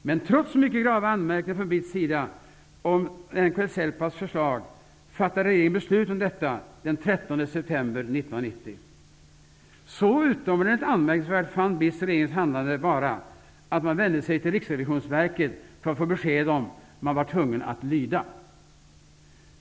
Men trots mycket grava anmärkningar från BITS sida om NLK-Celpaps förslag, fattade regeringen beslut om detta den 13 september 1990. BITS fann regeringens handlande vara så utomordentligt anmärkningsvärt att man vände sig till Riksrevisionsverket, för att få besked om man var tvungen att lyda.